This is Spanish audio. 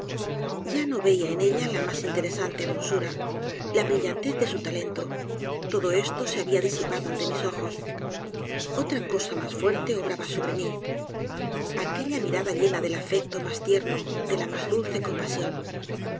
ya no veia yo en ella la interesante hermosura la brillantezdesu talento todo esto se habia disipado ante mis ojos otra cosa mas fuerte obraba sobre mi aquella mirada llena del afecto mas tierno de la mas dulce com